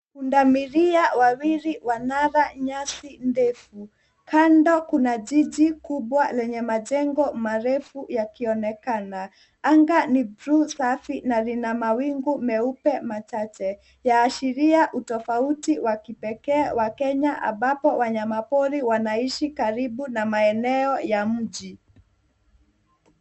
Pundamilia wawili wanala nyasi ndefu. Kando kuna jiji kubwa lenye majengo marefu yakionekana. Anga ni bluu safi na lina mawingu meupe machache. Yaashiria utofauti wa kipekee wa kenya ambapo wanyamapori wanaishi karibu na maeneo ya mji.